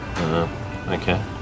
okay